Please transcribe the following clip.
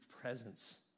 presence